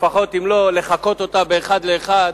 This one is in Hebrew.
לפחות אם לא לחקות אותה אחד לאחד,